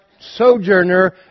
sojourner